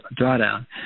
drawdown